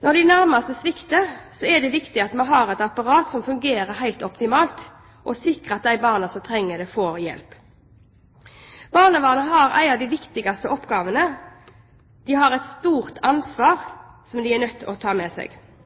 Når de nærmeste svikter, er det viktig at vi har et apparat som fungerer helt optimalt og sikrer at de barna som trenger det, får hjelp. Barnevernet har en av de viktigste oppgavene. De har et stort ansvar som de er nødt til å ta med seg.